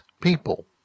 people